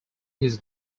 his